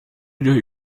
oder